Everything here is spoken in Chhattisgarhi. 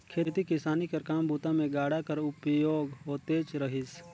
खेती किसानी कर काम बूता मे गाड़ा कर उपयोग होतेच रहिस